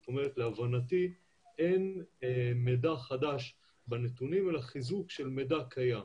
זאת אומרת להבנתי אין מידע חדש בנתונים אלא חיזוק של מידע קיים.